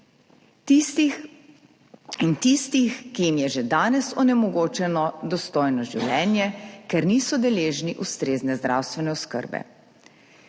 premije, in tistih, ki jim je že danes onemogočeno dostojno življenje, ker niso deležni ustrezne zdravstvene oskrbe.